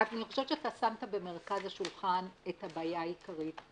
אני חושבת שאתה שמת במרכז השולחן את הבעיה העיקרית,